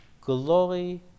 glory